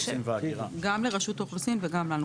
גם לרשות האוכלוסין וגם לנו.